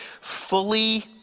Fully